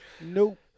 nope